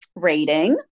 rating